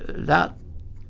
that,